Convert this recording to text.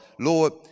Lord